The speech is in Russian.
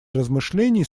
размышлений